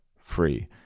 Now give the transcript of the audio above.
free